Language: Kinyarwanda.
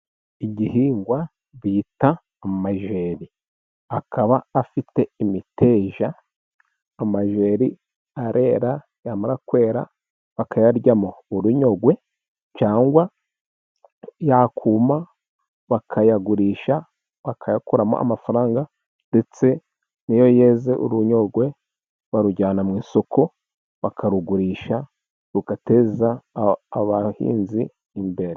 Igihingwa bita amajeri, akaba afite imiteja, amajeri arera yamara kwera bakayaryamo urunyogwe cyangwa yakuma bakayagurisha, bakayakuramo amafaranga ndetse n'yo yeze urunyogwe barujyana mu isoko, bakarugurisha rugateza abahinzi imbere.